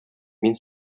мин